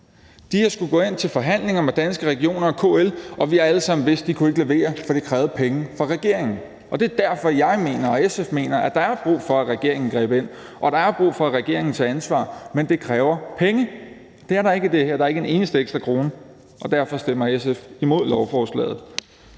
De har skullet gå ind til forhandlinger med Danske Regioner og KL, og vi har alle sammen vidst, at de ikke kunne levere, for det kræver penge fra regeringen. Og det er derfor, at jeg og SF mener, at der er brug for, at regeringen greb ind, og der er brug for, at regeringen tager ansvar. Men det kræver penge. Det er der ikke i det her; der er ikke en eneste ekstra krone, og derfor stemmer SF imod lovforslaget.